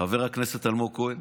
חבר הכנסת אלמוג כהן,